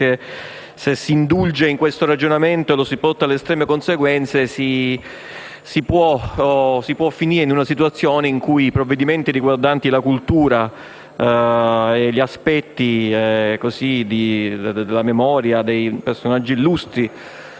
si indulge in questo ragionamento e lo si porta alle estreme conseguenze, si può finire in una situazione in cui i provvedimenti riguardanti la cultura e aspetti quali la memoria dei personaggi illustri